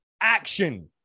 action